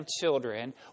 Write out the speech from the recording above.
children